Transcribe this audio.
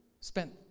spent